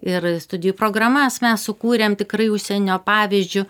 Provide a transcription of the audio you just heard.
ir studijų programas mes sukūrėm tikrai užsienio pavyzdžiu